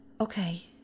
Okay